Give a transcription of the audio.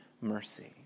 mercy